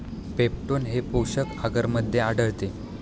peptone हे पोषक आगरमध्ये आढळते